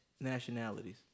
nationalities